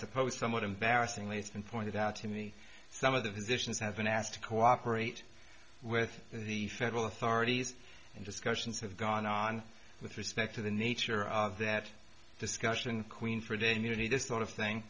suppose somewhat embarrassingly it's been pointed out to me some of the positions have been asked to cooperate with the federal authorities and discussions have gone on with respect to the nature of that discussion queen for the immunity that sort of thing